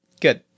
Good